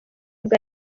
bwa